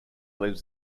lives